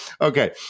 Okay